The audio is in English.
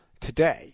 today